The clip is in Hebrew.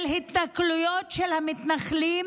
של התנכלויות של המתנחלים